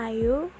Ayu